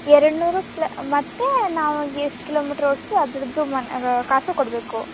ಎರಡ್ನೂರು ಪ್ಲ ಮತ್ತು ನಾವು ಎಷ್ಟು ಕಿಲೋಮೀಟರ್ ಓಡಿಸ್ತೀವಿ ಅದರದ್ದು ಮ ಕಾಸು ಕೊಡಬೇಕು